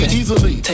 easily